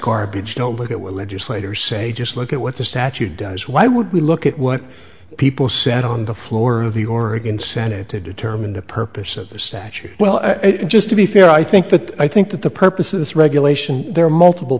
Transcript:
what legislators say just look at what the statute does why would we look at what people said on the floor of the oregon senate to determine the purpose of the statute well just to be fair i think that i think that the purpose of this regulation there are multiple